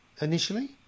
initially